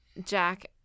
Jack